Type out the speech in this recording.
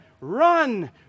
run